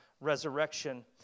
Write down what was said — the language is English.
resurrection